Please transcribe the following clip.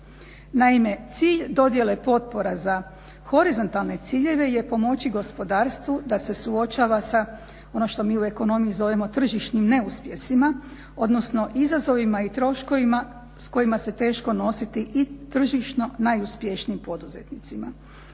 Naime, cilj dodjele potpora za horizontalne ciljeve je pomoći gospodarstvu da se suočava ono što mi u ekonomiji zovemo tržišnim neuspjesima odnosno izazovima i troškovima s kojima se teško nositi i tržišno najuspješnijim poduzetnicima.